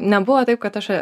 nebuvo taip kad aš